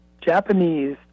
Japanese